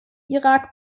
irak